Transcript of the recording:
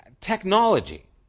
technology